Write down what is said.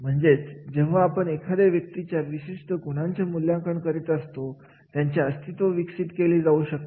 म्हणजेच जेव्हा आपण एखाद्या व्यक्तीच्या विशिष्ट गुणांचे मूल्यांकन करीत असतो त्याचे अस्तित्व विकसित केले जाऊ शकते